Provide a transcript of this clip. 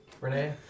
Renee